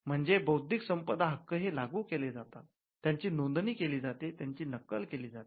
म्हणजे बौद्धिक संपदा हक्क हे लागू केले जातात त्यांची नोंदणी केली जाते त्यांची नक्कल केली जाते